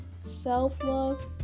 Self-love